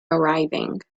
arriving